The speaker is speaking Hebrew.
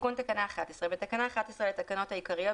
תיקון תקנה 11 בתקנה 11 לתקנות העיקריות,